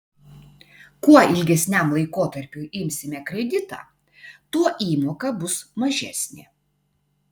kuo ilgesniam laikotarpiui imsime kreditą tuo įmoka bus mažesnė